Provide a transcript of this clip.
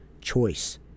choice